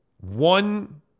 one